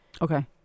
Okay